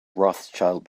rothschild